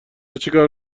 چیکار